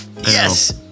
Yes